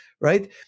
right